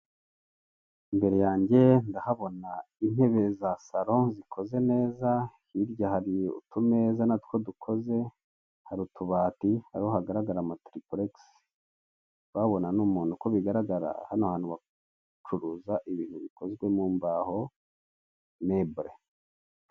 Imbere yanjye ndahabona intebe za saro zikoze neza, hirya hari utumeza natwo dukoze, hari utubati, hariho hagaragara amatirupuregisi, ndahabona n'umuntu, uko bigaragara hano hantu bacuruza ibintu bikoze mu mbaho, mibure.